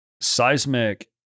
seismic